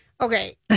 okay